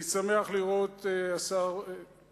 לא נראה לי שהוא ישתנה בשנה הקרובה.